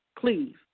Please